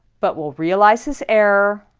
but will realize his error.